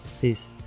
Peace